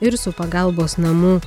ir su pagalbos namų